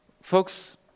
Folks